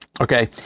Okay